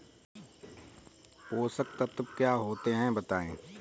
पोषक तत्व क्या होते हैं बताएँ?